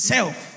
Self